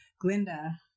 Glinda